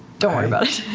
don't worry about